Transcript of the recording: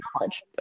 knowledge